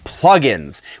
plugins